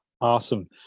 Awesome